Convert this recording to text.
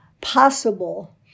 possible